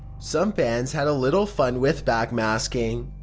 some bands had a little fun with backmasking.